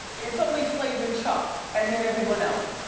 it's only flav and chuck and then everyone else,